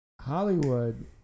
Hollywood